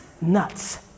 nuts